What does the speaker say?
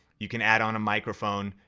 you can add on a microphone,